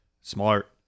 Smart